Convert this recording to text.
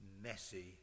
messy